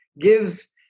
gives